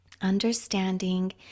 understanding